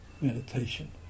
meditation